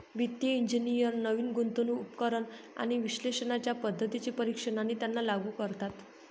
वित्तिय इंजिनियर नवीन गुंतवणूक उपकरण आणि विश्लेषणाच्या पद्धतींचे परीक्षण आणि त्यांना लागू करतात